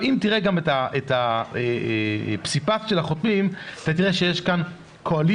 אם תראה את הפסיפס של החותמים תראה שיש כאן קואליציה,